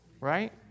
right